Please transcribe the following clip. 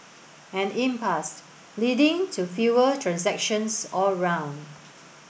an leading to fewer transactions all round